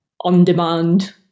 on-demand